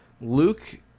Luke